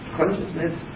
consciousness